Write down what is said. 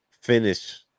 finish